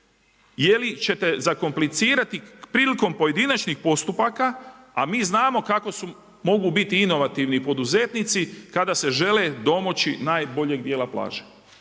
jeli ćete zakomplicirati prilikom pojedinačnih postupaka. A mi znamo kako su, mogu biti inovativni poduzetnici kada se žele domoći najboljeg dijela plaže,